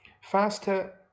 faster